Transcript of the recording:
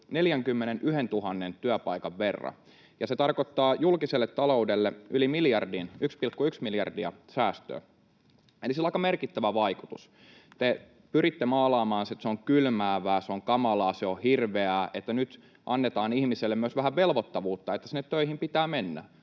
41 000 työpaikan verran, ja se tarkoittaa julkiselle taloudelle yli miljardin — 1,1 miljardia — säästöä, eli sillä on aika merkittävä vaikutus. Te pyritte maalaamaan, että se on kylmäävää, se on kamalaa, se on hirveää, että nyt annetaan ihmisille myös vähän velvoittavuutta, että sinne töihin pitää mennä.